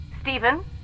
Stephen